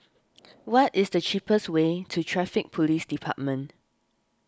what is the cheapest way to Traffic Police Department